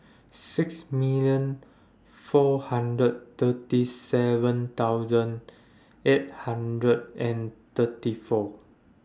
six million four hundred and thirty seven thousand eight hundred and thirty four